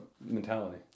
mentality